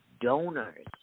donors